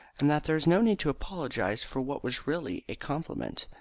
and that there is no need to apologise for what was really a compliment.